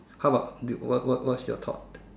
how about you what what what is your thought